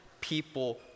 people